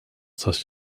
such